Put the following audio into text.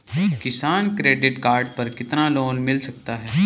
किसान credit card पर कितना लोंन मिल सकता है?